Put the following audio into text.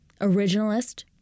originalist